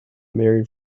married